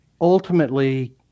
ultimately